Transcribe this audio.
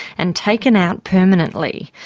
and taken out permanently.